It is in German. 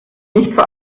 nicht